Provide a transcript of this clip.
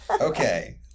Okay